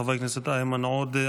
חבר הכנסת איימן עודה,